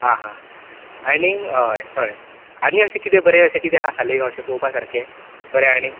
आ हा आनीक हय हय आनी अशें किदें बरें अशें किदें आसा सालिगांव अशें पळोवपा सारकें बरें आनीक